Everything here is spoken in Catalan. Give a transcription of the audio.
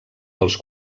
dels